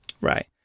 Right